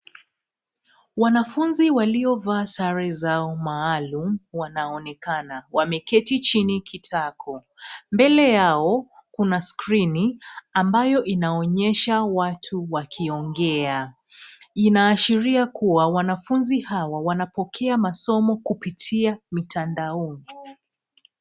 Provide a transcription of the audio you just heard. Wanafunzi waliovaa sare zao maalumu wanaonekana. Wameketi chini kitako. Mbele yao kuna skirini ambayo inaonyesha watu wakiongea. Inaashiria kua wanafunzi hawa wanapokea masomo kupitia mitandaoni.